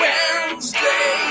Wednesday